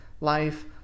life